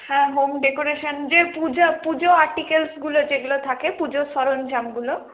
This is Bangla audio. হ্যাঁ হোম ডেকোরেশন যে পূজা পুজো আর্টিকেলসগুলো যেগুলো থাকে পুজোর সরঞ্জামগুলো